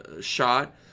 shot